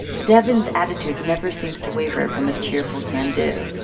devyn's attitude never seems to waver from a cheerful can-do.